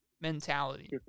mentality